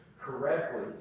correctly